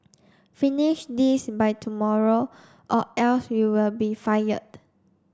finish this by tomorrow or else you will be fired